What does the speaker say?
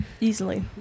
easily